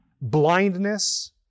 blindness